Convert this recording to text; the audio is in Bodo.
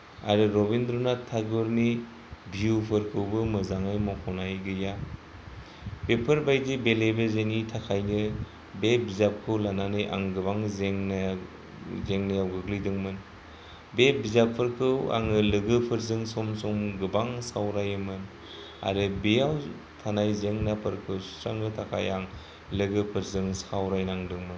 आरो रबिन्द्र नाथ टेगरनि भिउफोरखौबो मोजाङै मख'नाय गैया बेफोरबायदि बेले बेजेनि थाखायनो बे बिजाबखौ लानानै आं गोबां जेंना जेंनायाव गोग्लैदोंमोन बे बिजाबफोरखौ आङो लोगोफोरजों सम सम गोबां सावरायोमोन आरो बेयाव थानाय जेंनाफोरखौ सुस्रांनो थाखाय आं लोगोफोरजों सावरायनांदोंमोन